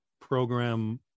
program